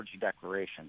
declaration